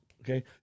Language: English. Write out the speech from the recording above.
Okay